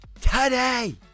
today